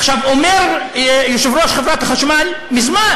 עכשיו, אומר יושב-ראש חברת החשמל, מזמן: